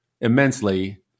immensely